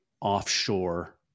offshore